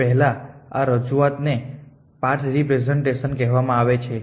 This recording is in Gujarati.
તે પહેલા આ રજૂઆત ને પાથ રિપ્રેઝન્ટેશન કહેવામાં આવે છે